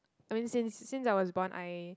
I mean since since I was born I